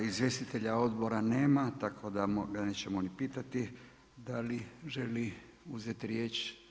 Izvjestitelja odbora nema, tako da ga nećemo ni pitati da li želi uzeti riječ.